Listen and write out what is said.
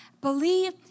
Believe